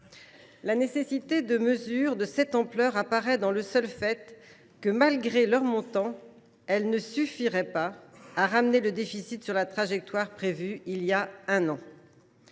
La nécessité de mesures d’une telle ampleur apparaît dans le seul fait que, malgré leur montant, elles ne suffiraient pas à ramener le déficit sur la trajectoire prévue il y a un an.